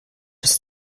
ist